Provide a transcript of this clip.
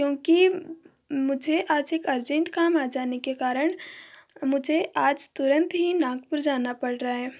क्योंकि मुझे आज एक अर्जेंट काम आ जाने के कारण मुझे आज तुरंत ही नागपुर जाना पड़ रहा है